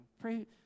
Pray